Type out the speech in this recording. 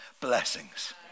blessings